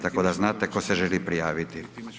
Tako da znate tko se želi prijaviti.